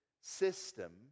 system